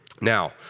Now